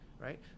right